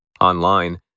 Online